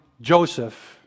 joseph